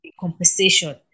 compensation